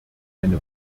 eine